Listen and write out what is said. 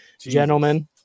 gentlemen